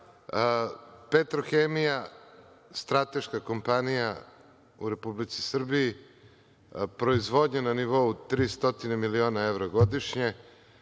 „Petrohemija“ strateška kompanija u Republici Srbiji, proizvodnja na nivou 300 miliona evra godišnje,